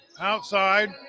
Outside